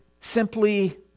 simply